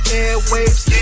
airwaves